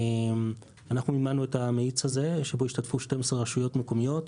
אנחנו מימנו את המאיץ הזה שבו השתתפו 12 רשויות מקומיות,